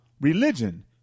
religion